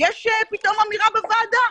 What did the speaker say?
יש פתאום אמירה בוועדה.